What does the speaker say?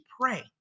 pray